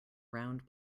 round